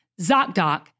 ZocDoc